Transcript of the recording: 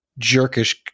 jerkish